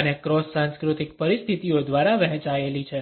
અને ક્રોસ સાંસ્કૃતિક પરિસ્થિતિઓ દ્વારા વહેંચાયેલી છે